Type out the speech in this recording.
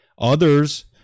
Others